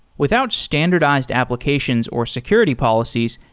without standardized applications or security policies,